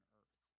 earth